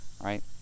Right